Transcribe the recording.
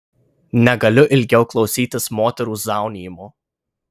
negaliu ilgiau klausytis moterų zaunijimo